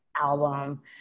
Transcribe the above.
album